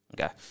Okay